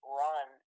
run